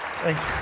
Thanks